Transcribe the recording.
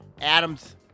Adams